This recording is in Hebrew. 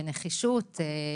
בנחישות,